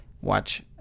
watch